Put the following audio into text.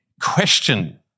question